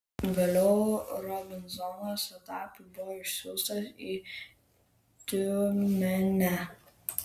vėliau robinzonas etapu buvo išsiųstas į tiumenę